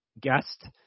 guest